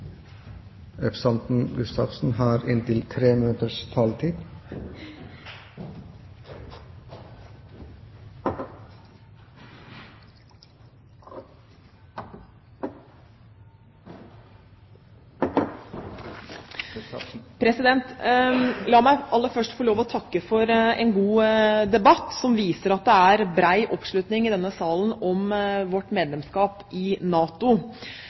La meg aller først få lov å takke for en god debatt, som viser at det er bred oppslutning i denne salen om vårt medlemskap i NATO.